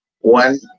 one